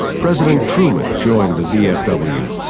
president truman joined the vfw,